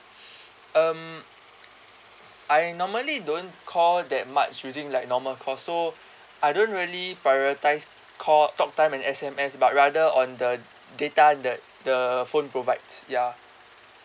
um I normally don't call that much using like normal call so I don't really prioritise call talk time and S_M_S but rather on the data the the phone provides ya